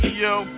yo